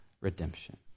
redemption